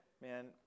Man